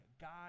God